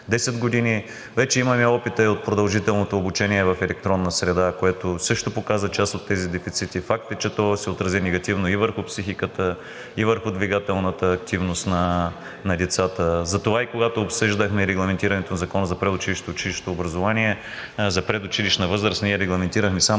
10 години, а вече имаме опита и от продължителното обучение в електронна среда, което също показа част от тези дефицити. Факт е, че то се отрази негативно и върху психиката, и върху двигателната активност на децата. Затова, когато обсъждахме регламентирането в Закона за предучилищното и училищното образование за предучилищна възраст, ние регламентирахме само